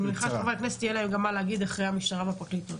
אני מניחה שחברי הכנסת יהיה להם גם מה להגיד אחרי המשטרה והפרקליטות.